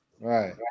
right